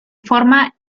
forma